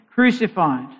crucified